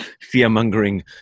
fear-mongering